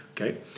Okay